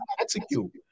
execute